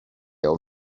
all